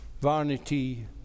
Vanity